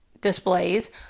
displays